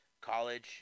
college